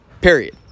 Period